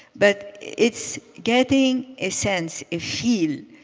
but it's getting a sense, a feel,